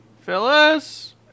Phyllis